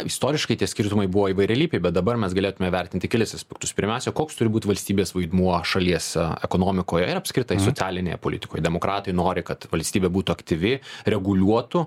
istoriškai tie skirtumai buvo įvairialypiai bet dabar mes galėtume vertinti kelis aspektus pirmiausia koks turi būt valstybės vaidmuo šalies ekonomikoj ir apskritai socialinėje politikoje demokratai nori kad valstybė būtų aktyvi reguliuotų